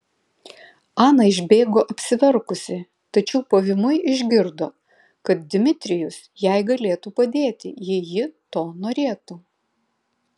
ana išbėgo apsiverkusi tačiau pavymui išgirdo kad dmitrijus jai galėtų padėti jei ji to norėtų